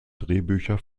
drehbücher